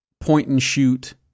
point-and-shoot